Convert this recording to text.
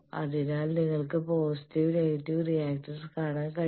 അതിനാൽ നിങ്ങൾക്ക് positive negative reactance കാണാൻ കഴിയും